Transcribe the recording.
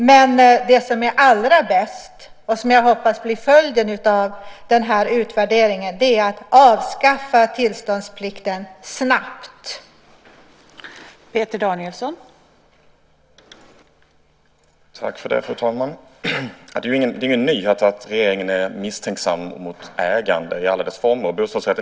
Men det som vore allra bäst, och som jag hoppas blir följden av denna utvärdering, är att tillståndsplikten snabbt avskaffades.